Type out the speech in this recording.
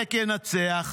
הצדק ינצח.